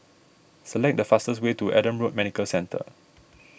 select the fastest way to Adam Road Medical Centre